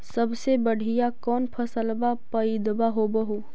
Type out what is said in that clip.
सबसे बढ़िया कौन फसलबा पइदबा होब हो?